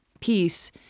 peace